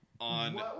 on